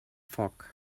foc